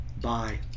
Bye